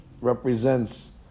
represents